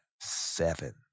seven